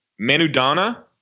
Manudana